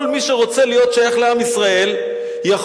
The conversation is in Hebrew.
כל מי שרוצה להיות שייך לעם ישראל יכול